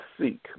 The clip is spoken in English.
seek